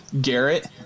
Garrett